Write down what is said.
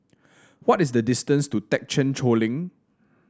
what is the distance to Thekchen Choling